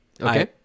Okay